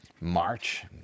March